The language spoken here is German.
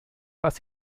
was